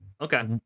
okay